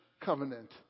covenant